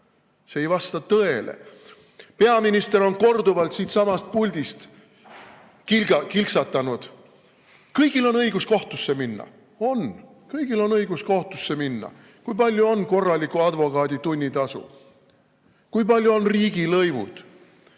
See ei vasta tõele! Peaminister on korduvalt siitsamast puldist kilksatanud: kõigil on õigus kohtusse minna. On, kõigil on õigus kohtusse minna. Kui palju on korraliku advokaadi tunnitasu? Kui palju on riigilõivud?